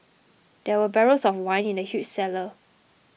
there were barrels of wine in the huge cellar